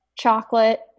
Chocolate